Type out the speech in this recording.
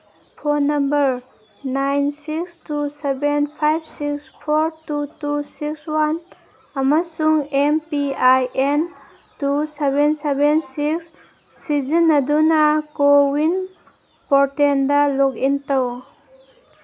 phone number nine six two seven five six four two two six one ꯑꯃꯁꯨꯡ M P I N two seven seven six ꯁꯤꯖꯤꯟꯅꯗꯨꯅ CoWIN ꯄꯣꯇꯦꯜꯗ login ꯇꯧ